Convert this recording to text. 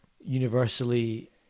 universally